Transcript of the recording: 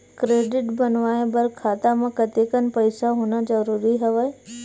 Credit बनवाय बर खाता म कतेकन पईसा होना जरूरी हवय?